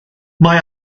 mae